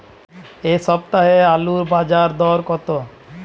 এ সপ্তাহে আলুর বাজার দর কত?